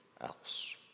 else